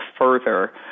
further